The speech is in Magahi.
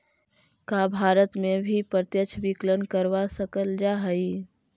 का भारत में भी प्रत्यक्ष विकलन करवा सकल जा हई?